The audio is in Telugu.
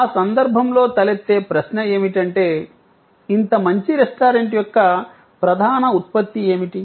ఆ సందర్భంలో తలెత్తే ప్రశ్న ఏమిటంటే ఇంత మంచి రెస్టారెంట్ యొక్క ప్రధాన ఉత్పత్తి ఏమిటి